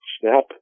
snap